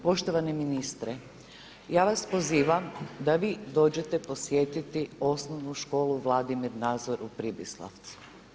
Poštovani ministre, ja vas pozivam da vi dođete posjetiti Osnovnu školu Vladimira Nazora u Pribislavcu.